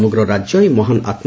ସମଗ୍ର ରାଜ୍ୟ ଏହି ମହାନ ଆତୁ